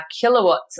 kilowatts